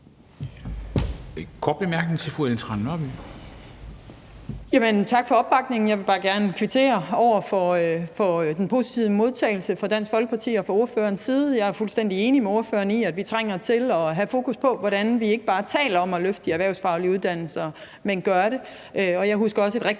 Tak for opbakningen. Jeg vil bare gerne kvittere for den positive modtagelse fra Dansk Folkeparti og ordførerens side. Jeg er fuldstændig enig med ordføreren i, at vi trænger til at have fokus på, hvordan vi ikke bare taler om at løfte de erhvervsfaglige uddannelser, men gør det.